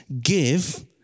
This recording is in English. Give